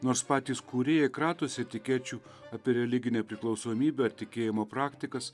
nors patys kūrėjai kratosi etikečių apie religinę priklausomybę ar tikėjimo praktikas